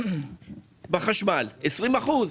20%?